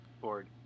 board